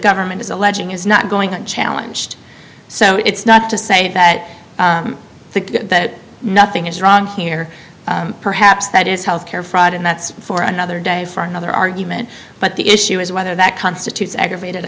government is alleging is not going to challenge so it's not to say that i think that nothing is wrong here perhaps that is health care fraud and that's for another day for another argument but the issue is whether that constitutes aggravated